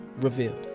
revealed